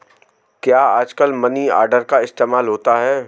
क्या आजकल money order का इस्तेमाल होता है?